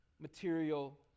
material